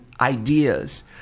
ideas